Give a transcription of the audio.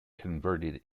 converted